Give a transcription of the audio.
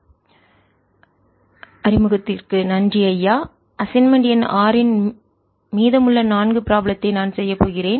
மாணவர் அறிமுகத்துக்கு நன்றி ஐயா அசைன்மென்ட் எண் 6 இன் மீதமுள்ள நான்கு ப்ராப்ளத்தை நான் செய்யப் போகிறேன்